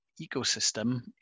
ecosystem